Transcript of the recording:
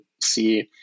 see